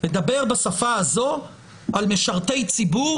אבל לדבר בשפה הזאת על משרתי ציבור